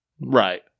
Right